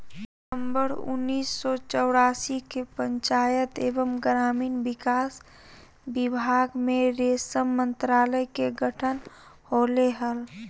सितंबर उन्नीस सो चौरासी के पंचायत एवम ग्रामीण विकास विभाग मे रेशम मंत्रालय के गठन होले हल,